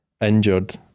injured